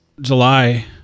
july